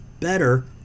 better